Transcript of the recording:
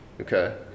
Okay